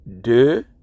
de